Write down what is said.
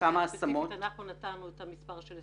לאוכלוסייה הספציפית אנחנו נתנו את המספר 20